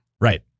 Right